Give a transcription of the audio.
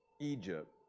Egypt